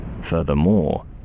Furthermore